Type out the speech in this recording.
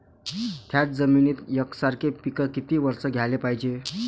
थ्याच जमिनीत यकसारखे पिकं किती वरसं घ्याले पायजे?